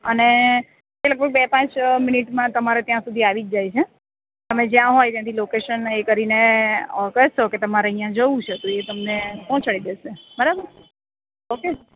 અને એ લગભગ બે પાંચ અ મિનિટમાં તમારે ત્યાં સુધી આવી જ જાય છે તમે જ્યાં હોય ત્યાંથી લોકેશન એ કરીને અ કરશો કે તમારે અહીં જવું છે તો એ તમને પહોંચાડી દેશે બરાબર ઓકે